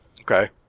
Okay